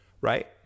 Right